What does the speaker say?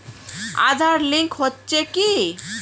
Aadhaar link হচ্ছে কি?